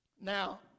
Now